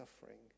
suffering